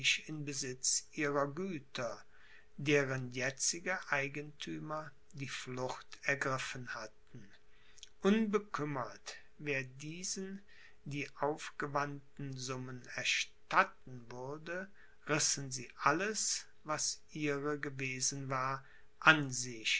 besitz ihrer güter deren jetzige eigentümer die flucht ergriffen hatten unbekümmert wer diesen die aufgewandten summen erstatten würde rissen sie alles was ihre gewesen war an sich